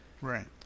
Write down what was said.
Right